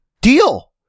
deal